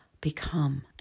become